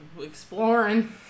Exploring